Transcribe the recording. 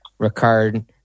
Ricard